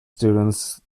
students